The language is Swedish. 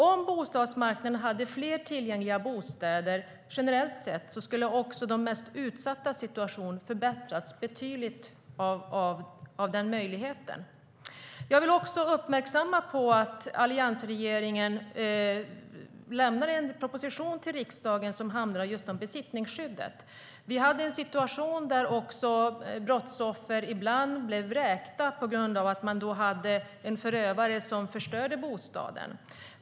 Om bostadsmarknaden hade fler tillgängliga bostäder generellt sett skulle också de mest utsattas situation förbättrats betydligt när det gäller den möjligheten. Jag vill uppmärksamma på att alliansregeringen lämnade en propositionen till riksdagen som handlade om besittningsskyddet. Vi hade en situation där brottsoffer ibland blev vräkta på grund av att de hade en förövare som förstörde bostaden.